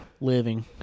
Living